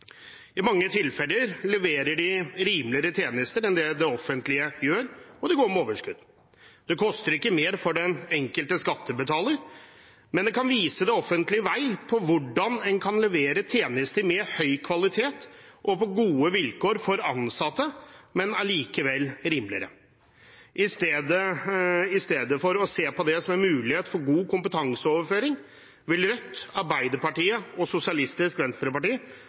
I mange tilfeller leverer de rimeligere tjenester enn det offentlige gjør, og det går med overskudd. Det koster ikke mer for den enkelte skattebetaler, men det kan vise det offentlige veien til hvordan en kan levere tjenester med høy kvalitet og gode vilkår for ansatte, men allikevel rimeligere. I stedet for å se på det som en mulighet for god kompetanseoverføring vil Rødt, Arbeiderpartiet og Sosialistisk Venstreparti